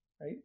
right